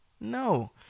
no